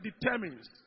determines